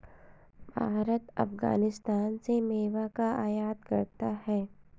भारत अफगानिस्तान से मेवा का आयात करता है